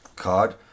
card